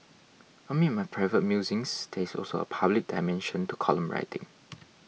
amid my private musings there is also a public dimension to column writing